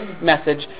message